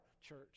church